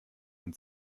und